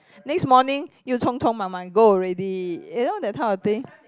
next morning 又冲冲忙忙 go already you know that type of thing